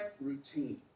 routine